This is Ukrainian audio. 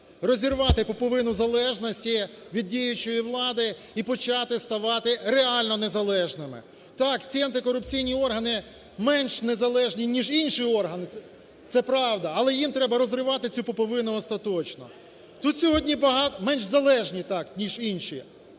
Розірвати пуповину залежності від діючої влади і почати ставати реально незалежними. Так, ці антикорупційні органи менш незалежні ніж інші органи, це правда, але їм треба розривати цю пуповину остаточно. Менш залежні, так, ніж інші.